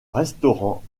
restaurants